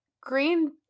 Green